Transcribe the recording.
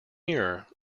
nearer